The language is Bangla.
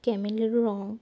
ক্যামেলের রং